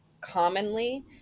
commonly